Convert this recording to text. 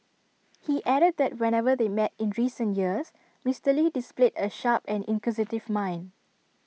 he added that whenever they met in recent years Mister lee displayed A sharp and inquisitive mind